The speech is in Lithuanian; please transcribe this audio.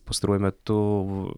pastaruoju metu